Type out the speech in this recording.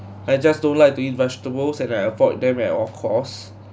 I just don't like to eat vegetables and I avoid them at all cost